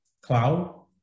cloud